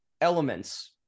elements